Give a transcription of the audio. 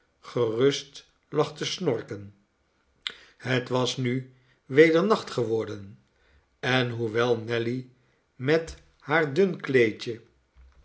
gerust lag te snorken het was nu weder nacht geworden en hoewel nelly met haar dun kleedje